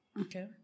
Okay